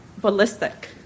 ballistic